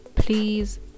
please